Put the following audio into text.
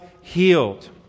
healed